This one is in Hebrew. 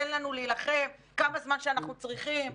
תן לנו להילחם כמה זמן שאנחנו צריכים,